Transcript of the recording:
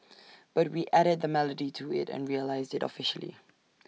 but we added the melody to IT and released IT officially